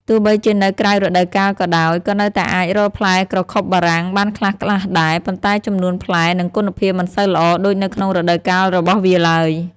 ទោះបីជានៅក្រៅរដូវកាលក៏ដោយ ក៏នៅតែអាចរកផ្លែក្រខុបបារាំងបានខ្លះៗដែរ ប៉ុន្តែចំនួនផ្លែ និងគុណភាពមិនសូវល្អដូចនៅក្នុងរដូវកាលរបស់វាឡើយ។